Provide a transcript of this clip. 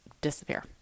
disappear